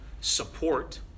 support